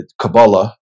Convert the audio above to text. Kabbalah